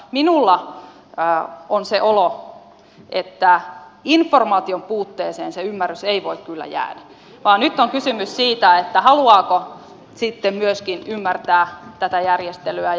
mutta minulla on se olo että informaation puutteeseen se ymmärrys ei voi kyllä jäädä vaan nyt on kysymys siitä haluaako sitten myöskin ymmärtää tätä järjestelyä